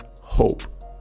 hope